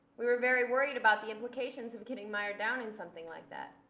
we were very worried about the implications of getting mired down in something like that.